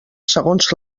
segons